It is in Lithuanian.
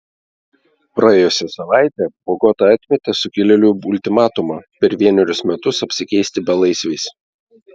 praėjusią savaitę bogota atmetė sukilėlių ultimatumą per vienerius metus apsikeisti belaisviais